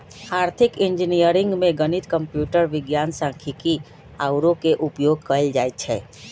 आर्थिक इंजीनियरिंग में गणित, कंप्यूटर विज्ञान, सांख्यिकी आउरो के उपयोग कएल जाइ छै